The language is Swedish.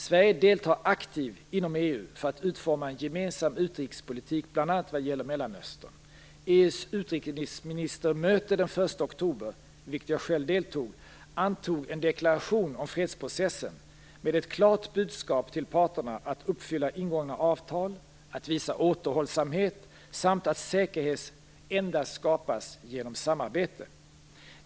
Sverige deltar aktivt inom EU för att utforma en gemensam utrikespolitik, bl.a. vad gäller Mellanöstern. EU:s utrikesministermöte den 1 oktober, i vilket jag själv deltog, antog en deklaration om fredsprocessen med ett klart budskap till parterna att uppfylla ingångna avtal, att visa återhållsamhet samt att säkerhet endast skapas genom samarbete.